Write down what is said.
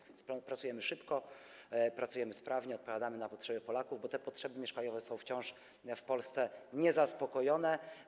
A więc pracujemy szybko, pracujemy sprawnie, odpowiadamy na potrzeby Polaków, bo te potrzeby mieszkaniowe są wciąż w Polsce niezaspokojone.